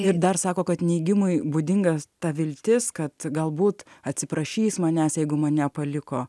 ir dar sako kad neigimui būdingas ta viltis kad galbūt atsiprašys manęs jeigu mane paliko